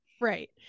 right